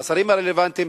מהשרים הרלוונטיים,